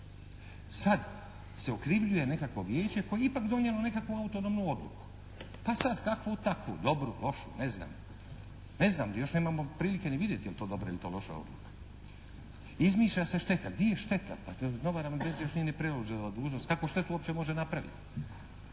Sad se okrivljuje nekakvo Vijeće koje je ipak donijelo nekakvu autonomnu odluku, pa sad kakvu takvu, dobru, lošu, ne znam, još nemamo prilike ni vidjeti je li to dobra ili je to loša odluka. Izmišlja se šteta. Gdje je šteta? Pa nova ravnateljica nije niti preuzela dužnost, kakvu štetu uopće može napraviti?